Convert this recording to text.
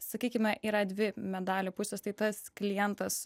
sakykime yra dvi medalio pusės tai tas klientas